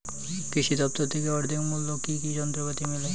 কৃষি দফতর থেকে অর্ধেক মূল্য কি কি যন্ত্রপাতি মেলে?